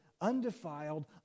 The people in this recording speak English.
undefiled